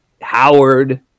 Howard